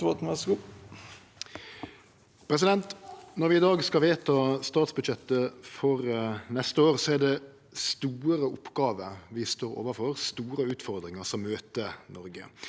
Når vi i dag skal vedta statsbudsjettet for neste år, er det store oppgåver vi står overfor, store utfordringar som møter Noreg.